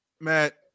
Matt